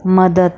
मदत